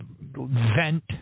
vent